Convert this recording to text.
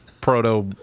proto